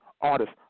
Artist